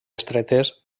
estretes